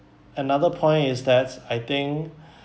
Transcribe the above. another point is that I think